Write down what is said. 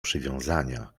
przywiązania